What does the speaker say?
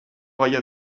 gaia